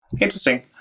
Interesting